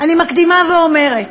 אני מקדימה ואומרת,